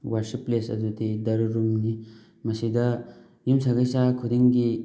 worship place ꯑꯗꯨꯗꯤ ꯗꯔꯨꯔꯨꯝꯅꯤ ꯃꯁꯤꯗ ꯌꯨꯝꯁꯀꯩꯁꯥ ꯈꯨꯗꯤꯡꯒꯤ